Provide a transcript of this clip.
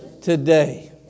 today